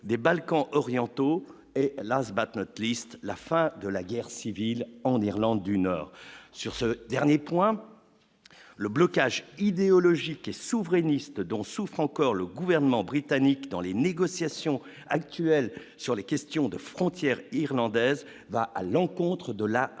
des Balkans orientaux et Lens battre notre liste, la fin de la guerre civile en Irlande du Nord, sur ce dernier point, le blocage idéologique et souverainiste dont souffre encore le gouvernement britannique dans les négociations actuelles sur les questions de frontière irlandaise va à l'encontre de la réalité